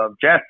Jesse